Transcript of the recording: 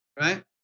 right